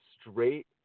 straight